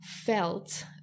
felt